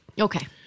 Okay